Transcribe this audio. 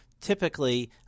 typically